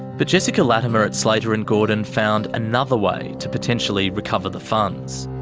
but jessica latimer at slater and gordon found another way to potentially recover the funds.